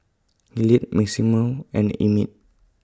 Hilliard Maximo and Emett